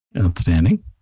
Outstanding